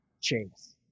Chase